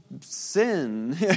sin